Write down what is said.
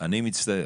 אני מצטער.